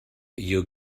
you